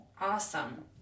Awesome